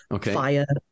fire